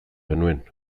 genuen